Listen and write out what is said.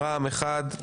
רע"מ אחד,